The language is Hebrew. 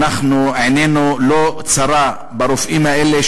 עיננו אינה צרה ברופאים האלה,